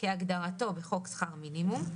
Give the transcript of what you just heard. כהגדרתו בחוק שכר מינימום,